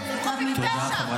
אם הם סוגרים את אל-ג'זירה,